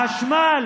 החשמל